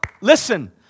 Listen